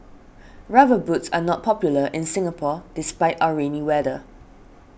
rubber boots are not popular in Singapore despite our rainy weather